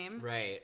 right